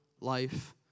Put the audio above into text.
life